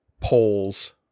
poles